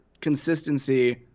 consistency